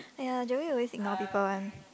!aiyah! Joey always ignore people one